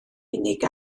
unig